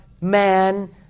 Man